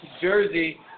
Jersey